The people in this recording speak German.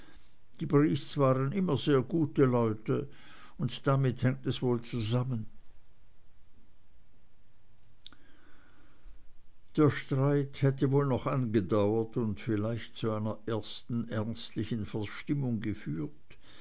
die briests waren immer sehr gute leute und damit hängt es wohl zusammen der streit hätte wohl noch angedauert und vielleicht zu einer ersten ernstlichen verstimmung geführt